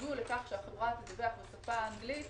ויתנגדו לכך שהיא תדווח בשפה האנגלית